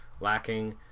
lacking